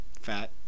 Fat